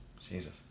Jesus